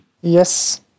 Yes